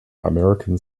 american